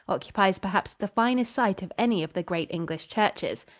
occupies perhaps the finest site of any of the great english churches.